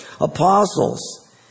apostles